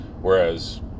whereas